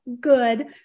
good